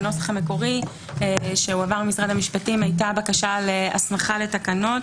בנוסח המקורי שהועבר למשרד המשפטים הייתה בקשה להסמכה לתקנות.